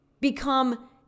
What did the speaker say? become